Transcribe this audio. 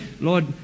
Lord